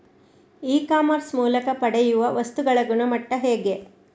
E commerce ಮೂಲಕ ಪಡೆಯುವ ವಸ್ತುಗಳ ಗುಣಮಟ್ಟ ಹೇಗೆ?